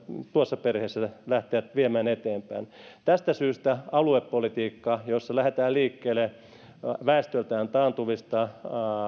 tuossa perheessä lähteä viemään eteenpäin tästä syystä aluepolitiikassa jossa lähdetään liikkeelle väestöltään taantuvista